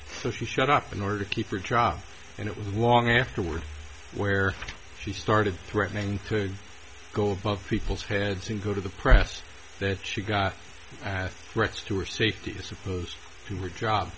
so she showed up in order to keep her job and it was long afterward where she started threatening could go above people's heads and go to the press that she got after threats to her safety as opposed to her job